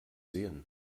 sehen